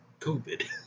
COVID